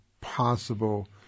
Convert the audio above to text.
possible